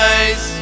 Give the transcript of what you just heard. Eyes